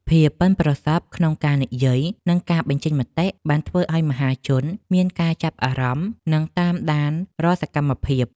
ភាពប៉ិនប្រសប់ក្នុងការនិយាយនិងការបញ្ចេញមតិបានធ្វើឱ្យមហាជនមានការចាប់អារម្មណ៍និងតាមដានរាល់សកម្មភាព។